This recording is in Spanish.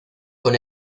con